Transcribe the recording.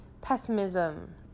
Pessimism